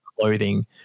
clothing